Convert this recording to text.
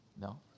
No